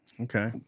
okay